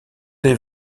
des